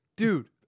Dude